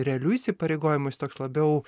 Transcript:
realių įsipareigojimų jis toks labiau